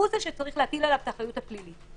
עליו יש להטיל את האחריות הפלילי.